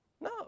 no